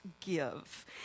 give